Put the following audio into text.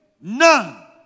none